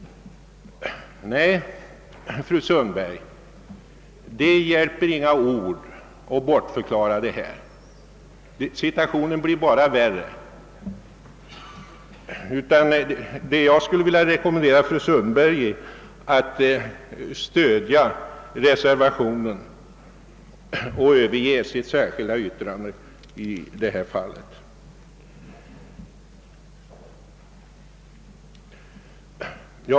Nej, fru Sundberg, här hjälper inga ord för att bortförklara detta fru Sundbergs ställningstagande — situationen blir bara värre. Jag skulle vilja rekommendera fru Sundberg att stödja reservationen och överge sitt särskilda yttrande i detta fall.